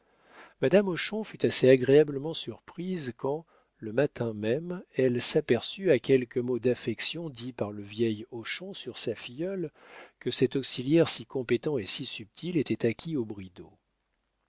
madame hochon fut assez agréablement surprise quand le matin même elle s'aperçut à quelques mots d'affection dits par le vieil hochon sur sa filleule que cet auxiliaire si compétent et si subtil était acquis aux bridau vers